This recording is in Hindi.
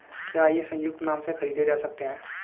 क्या ये संयुक्त नाम से खरीदे जा सकते हैं?